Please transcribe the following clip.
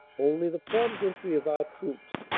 only the prompt entry of our troops,